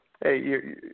Hey